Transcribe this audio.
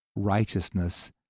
Righteousness